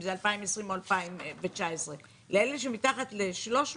אם זה 2020 או 2019. לאלה שמתחת ל-300